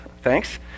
thanks